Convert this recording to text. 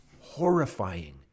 horrifying